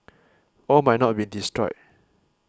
all might not be destroyed